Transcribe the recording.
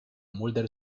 mulder